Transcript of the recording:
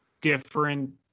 different